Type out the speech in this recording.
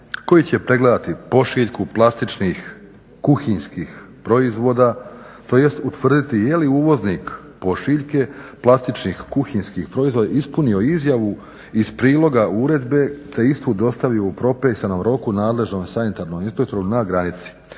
koji će pregledati pošiljku plastičnih, kuhinjskih proizvoda, tj. utvrditi je li uvoznik pošiljke plastičnih, kuhinjskih proizvoda ispunio izjavu iz priloga uredbe te istu dostavio u propisanom roku nadležnom sanitarnom inspektoru na granici.